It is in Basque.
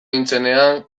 nintzenean